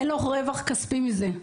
אין לו רווח כספי מזה,